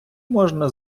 можна